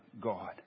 God